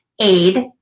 aid